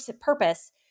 purpose